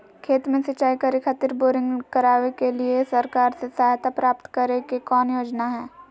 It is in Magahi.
खेत में सिंचाई करे खातिर बोरिंग करावे के लिए सरकार से सहायता प्राप्त करें के कौन योजना हय?